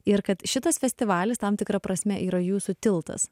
ir kad šitas festivalis tam tikra prasme yra jūsų tiltas